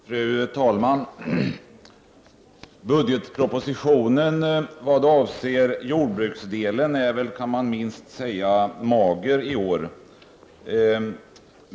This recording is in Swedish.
Fru talman! Budgetpropositionen såvitt avser jordbruksavsnittet är minst sagt mager i år, så att säga.